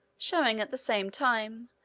showing, at the same time,